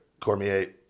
Cormier